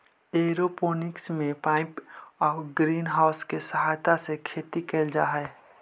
aeroponics में pipe आउ greenhouse के सहायता से खेती कैल जा हइ